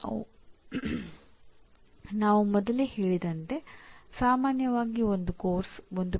ಇದು ಶೈಕ್ಷಣಿಕ ಸಂಸ್ಥೆಗಳಲ್ಲಿ ಬಹಳ ಸಾಮಾನ್ಯ ಅಭ್ಯಾಸವಾಗಿದೆ